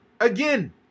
again